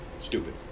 Stupid